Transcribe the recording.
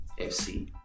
FC